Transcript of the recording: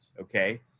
Okay